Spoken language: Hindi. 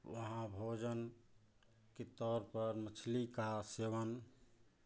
वहाँ भोजन के तौर पर मछली का सेवन